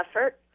effort